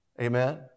Amen